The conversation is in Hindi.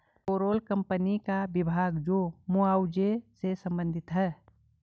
पेरोल कंपनी का विभाग जो मुआवजे से संबंधित है